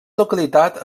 localitat